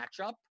matchup